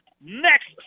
next